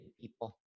people